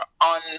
on